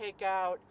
takeout